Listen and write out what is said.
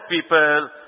people